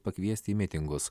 pakviesti į mitingus